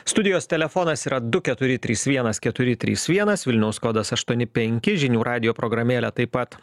studijos telefonas yra du keturi trys vienas keturi trys vienas vilniaus kodas aštuoni penki žinių radijo programėlė taip pat